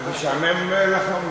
משעמם לך?